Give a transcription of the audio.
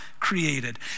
Created